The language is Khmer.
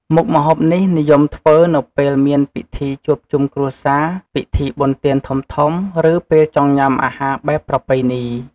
មុខម្ហូបនេះនិយមធ្វើនៅពេលមានពិធីជួបជុំគ្រួសារ ពិធីបុណ្យទានធំៗ ឬពេលចង់ញ៉ាំអាហារបែបប្រពៃណី។